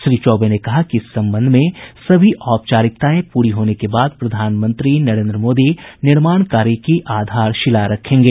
श्री चौबे ने कहा कि इस संबंध में सभी औपचारिकताएं पूरी होने के बाद प्रधानमंत्री नरेन्द्र मोदी निर्माण कार्य की आधारशिला रखेंगे